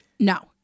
No